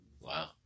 Wow